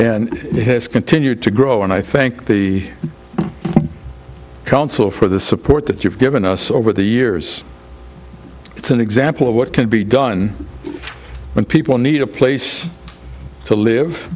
it has continued to grow and i thank the council for the support that you've given us over the years it's an example of what can be done when people need a place to live